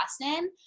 Boston